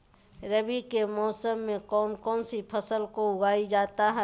रवि के मौसम में कौन कौन सी फसल को उगाई जाता है?